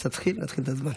כשתתחיל, נתחיל את הזמן.